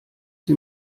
sie